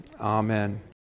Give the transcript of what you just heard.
Amen